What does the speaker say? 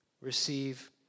receive